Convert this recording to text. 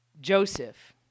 Joseph